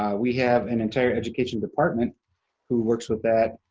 we have an entire education department who works with that.